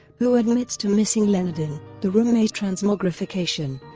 who admits to missing leonard in the roommate transmogrification,